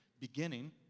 beginning